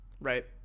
Right